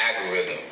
algorithm